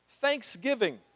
Thanksgiving